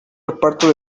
reparto